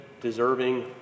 deserving